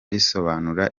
risobanura